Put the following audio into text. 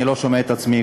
אני לא שומע את עצמי,